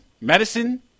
medicine